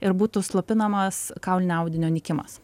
ir būtų slopinamas kaulinio audinio nykimas